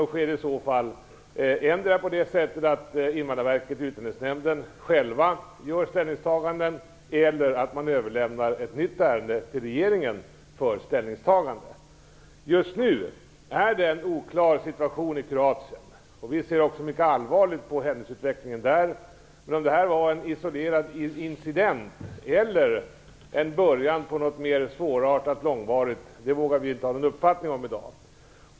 Det sker i så fall endera på det sättet att Invandrarverket och Utlänningsnämnden själva gör detta ställningstagande, eller att man överlämnar ett nytt ärende till regeringen för ställningstagande. Just nu är det en oklar situation i Kroatien. Vi ser mycket allvarligt på händelseutvecklingen där. Om det som hände var en isolerad incident eller en början på något mer svårartat långvarigt vågar vi inte ha någon uppfattning om i dag.